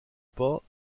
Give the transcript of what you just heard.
pas